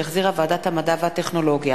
שהחזירה ועדת המדע והטכנולוגיה.